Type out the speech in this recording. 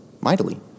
mightily